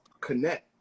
connect